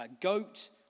goat